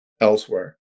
elsewhere